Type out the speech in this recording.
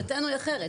עמדתנו היא אחרת.